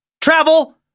travel